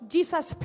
Jesus